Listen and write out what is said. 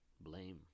blame